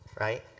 right